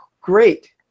great